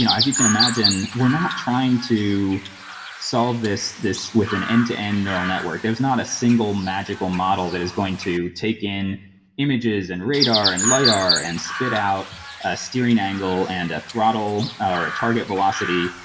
you know as you can imagine, we're not trying to solve this with with an end-to-end neural network. there's not a single magical model that is going to take in images and radar and lidar and spit out a steering angle and a throttle or a target velocity,